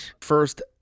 First